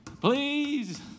Please